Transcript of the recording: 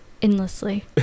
Endlessly